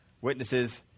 witnesses